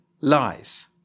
lies